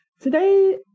Today